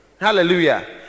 Hallelujah